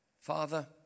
Father